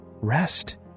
rest